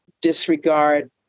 disregard